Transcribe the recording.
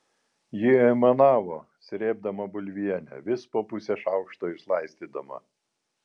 ji aimanavo srėbdama bulvienę vis po pusę šaukšto išlaistydama